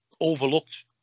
overlooked